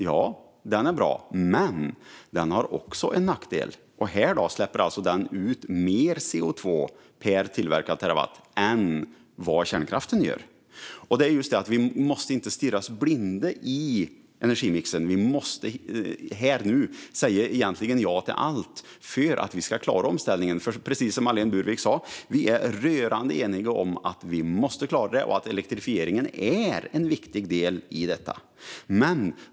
Vindkraften är bra, men den har alltså nackdelen att den släpper ut mer koldioxid per tillverkad terawattimme än kärnkraften. Vi får inte stirra oss blinda när det gäller energimixen, för nu måste vi egentligen säga ja till allt för att klara omställningen. Precis som Marlene Burwick sa är vi rörande eniga om att vi måste klara den och att elektrifieringen då är en viktig del i det.